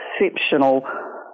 exceptional